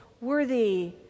worthy